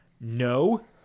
no